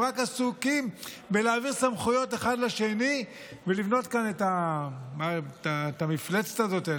הם רק עסוקים בלהעביר סמכויות מאחד לשני ולבנות כאן את המפלצת הזאת,